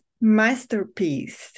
masterpiece